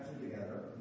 together